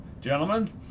Gentlemen